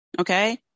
okay